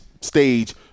stage